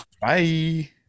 Bye